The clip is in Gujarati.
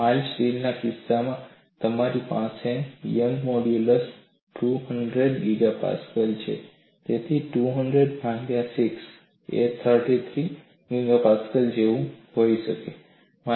માઈલ્ડ સ્ટીલ ના કિસ્સામાં તમારી પાસે યંગનું મોડ્યુલસ 200 GPa છે તેથી 200 ભાગ્યા 6 એ 33 GPa જેવું કંઈક હશે